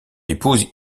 épouse